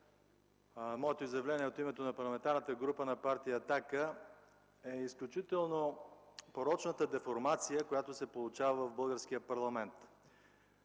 моето изявление от името на Парламентарната група на партия „Атака” е изключително порочната деформация, която се получава в българския парламент.